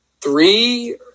three